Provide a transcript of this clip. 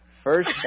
First